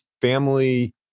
family